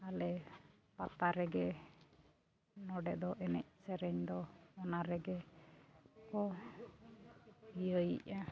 ᱟᱞᱮ ᱯᱟᱛᱟ ᱨᱮᱜᱮ ᱱᱚᱰᱮ ᱫᱚ ᱮᱱᱮᱡ ᱥᱮᱨᱮᱧ ᱫᱚ ᱚᱱᱟ ᱨᱮᱜᱮ ᱠᱚ ᱤᱭᱟᱹᱭᱮᱜᱼᱟ